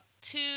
two